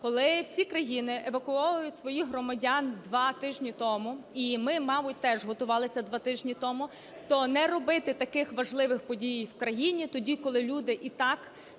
коли всі країни евакуйовують своїх громадян, два тижні тому, і ми, мабуть, теж готувались два тижні тому, то не робити таких важливих подій в країні тоді, коли люди і так,